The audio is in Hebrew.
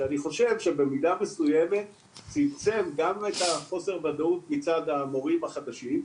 שאני חושב שבמידה מסויימת צמצם גם את החוסר ודאות מצד המורים החדשים.